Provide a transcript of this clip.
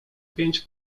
pięć